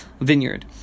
vineyard